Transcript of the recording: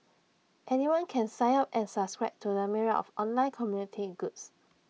anyone can sign up and subscribe to the myriad of online community groups